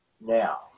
now